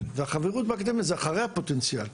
החברות באקדמיה זה אחרי הפוטנציאל.